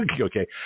Okay